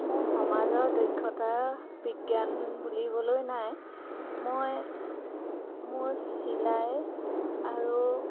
মোৰ সমাজৰ দক্ষতা বিজ্ঞান বুলিবলৈ নাই মই মোৰ চিলাই আৰু